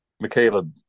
Michaela